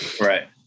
Right